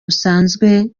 busanzwe